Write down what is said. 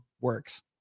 works